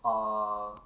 err